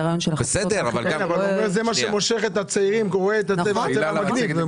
אבל זה מה שמושך את הצעירים שרואים את הצבע המגניב.